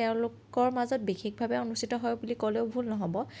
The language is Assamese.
তেওঁলোকৰ মাজত বিশেষভাৱে অনুষ্ঠিত হয় বুলি ক'লেও ভুল নহব